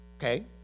Okay